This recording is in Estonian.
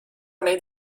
neid